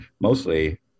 mostly